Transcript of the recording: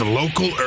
local